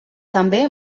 també